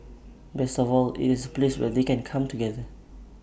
best of all IT is A place where they can come together